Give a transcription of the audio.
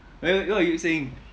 wait what are you saying